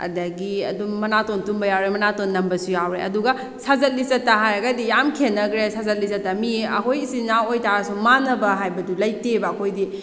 ꯑꯗꯒꯤ ꯑꯗꯨꯝ ꯃꯅꯥꯇꯣꯟ ꯇꯨꯝꯕ ꯌꯥꯎꯔꯦ ꯃꯅꯥꯇꯣꯟ ꯅꯝꯕꯁꯨ ꯌꯥꯎꯔꯦ ꯑꯗꯨꯒ ꯁꯥꯖꯠ ꯂꯤꯆꯠꯇ ꯍꯥꯏꯔꯒꯗꯤ ꯌꯥꯝ ꯈꯦꯅꯒ꯭ꯔꯦ ꯁꯥꯖꯠ ꯂꯤꯆꯠꯇ ꯃꯤ ꯑꯩꯈꯣꯏ ꯏꯆꯤꯟ ꯏꯅꯥꯎ ꯑꯣꯏꯕꯇꯥꯔꯁꯨ ꯃꯥꯟꯅꯕ ꯍꯥꯏꯗꯨ ꯂꯩꯇꯦꯕ ꯑꯩꯈꯣꯏꯗꯤ